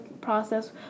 process